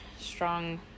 strong